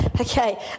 Okay